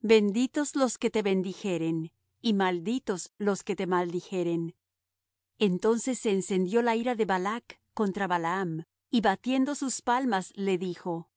benditos los que te bendijeren y malditos los que te maldijeren entonces se encendió la ira de balac contra balaam y batiendo sus palmas le dijo